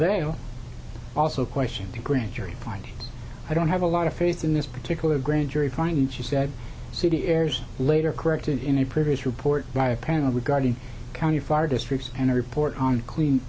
are also questioned the grand jury finding i don't have a lot of faith in this particular grand jury finding she said city airs later corrected in a previous report by a panel regarding county fire districts and a report on clean